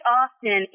often